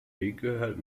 gehört